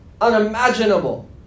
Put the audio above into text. unimaginable